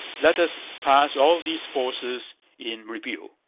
let us pass all these forces in review.